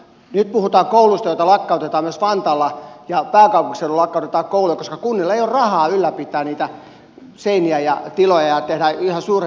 nyt puhutaan kouluista joita lakkautetaan myös vantaalla ja pääkaupunkiseudulla lakkautetaan kouluja koska kunnilla ei ole rahaa ylläpitää niitä seiniä ja tiloja ja tehdä yhä suurempia yksiköitä